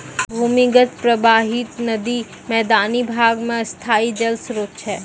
भूमीगत परबाहित नदी मैदानी भाग म स्थाई जल स्रोत छै